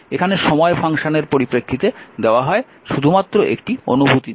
এখানে সময় ফাংশনের পরিপ্রেক্ষিতে দেওয়া হয় শুধুমাত্র একটি অনুভূতি দিতে